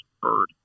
bird